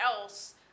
else